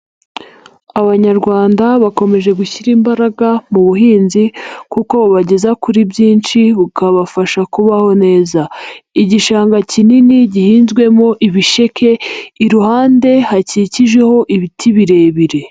Abanyarwanda bakomeje gushyira imbaraga mu buhinzi kuko bubageza kuri byinshi bukabafasha kubaho neza. Igishanga kinini gihinzwemo ibisheke, iruhande hakikijeho ibiti birebire.